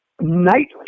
Nightly